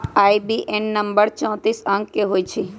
IBAN number चौतीस अंक के होइ छइ